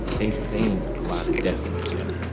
they seen a lot of death in the gym.